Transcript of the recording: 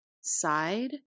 side